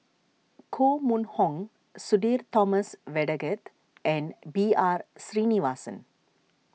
Koh Mun Hong Sudhir Thomas Vadaketh and B R Sreenivasan